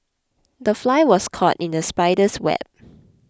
the fly was caught in the spider's web